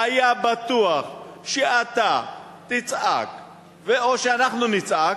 והיה בטוח שאתה תצעק או שאנחנו נצעק,